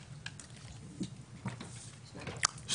הצבעה בעד הבקשה פה אחד בקשת סיעת נעם להתפלג נתקבלה.